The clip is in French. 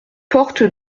porte